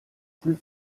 plus